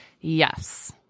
Yes